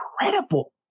incredible